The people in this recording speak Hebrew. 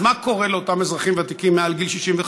אז מה קורה לאותם אזרחים ותיקים מעל גיל 65,